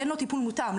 אין לו טיפול מותאם.